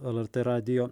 lrt radijo